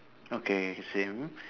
okay it's the same